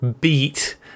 beat